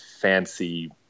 fancy